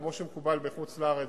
כמו שמקובל בחוץ-לארץ,